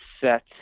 set